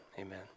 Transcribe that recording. amen